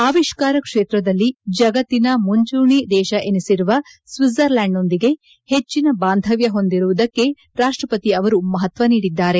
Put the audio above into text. ಆವಿಷ್ಕಾರ ಕ್ಷೇತ್ರದಲ್ಲಿ ಜಗತ್ತಿನ ಮುಂಚೂಣಿ ದೇಶ ಎನಿಸಿರುವ ಸ್ವಿಡ್ಜರ್ಲ್ಕಾಂಡ್ನೊಂದಿಗೆ ಹೆಚ್ಚಿನ ಬಾಂಧವ್ಯ ಹೊಂದುವುದಕ್ಕೆ ರಾಷ್ಟವತಿ ಅವರು ಮಪತ್ವ ನೀಡಿದ್ದಾರೆ